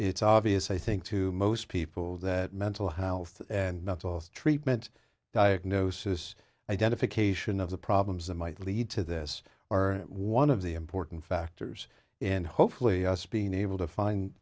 it's obvious i think to most people that mental health and mental street meant diagnosis identification of the problems that might lead to this or one of the important factors in hopefully us being able to find